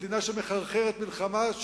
מדינה שמחרחרת מלחמה,